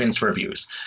Reviews